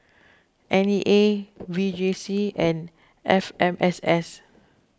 N E A V J C and F M S S